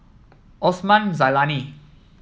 Osman Zailani